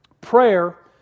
Prayer